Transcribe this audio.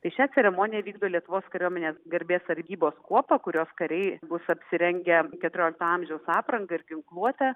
tai šią ceremoniją vykdo lietuvos kariuomenės garbės sargybos kuopa kurios kariai bus apsirengę keturiolikto amžiaus apranga ir ginkluote